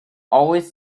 always